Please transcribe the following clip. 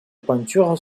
peintures